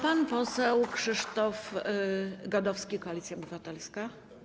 Pan poseł Krzysztof Gadowski, Koalicja Obywatelska.